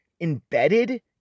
embedded